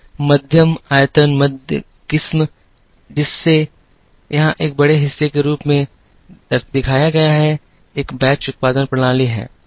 मध्यम आयतन मध्य किस्म जिसे यहां एक बड़े हिस्से के रूप में दिखाया गया है एक बैच उत्पादन प्रणाली है